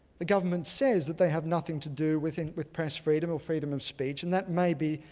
the government says that they have nothing to do with and with press freedom or freedom of speech and that may be,